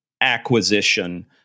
acquisition